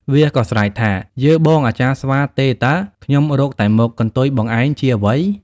វាក៏ស្រែកថា៖ "យើបងអាចារ្យស្វាទេតើ! ខ្ញុំរកតែមុខ... កន្ទុយបងឯងជាអ្វី?